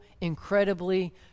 incredibly